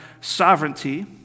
sovereignty